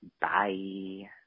Bye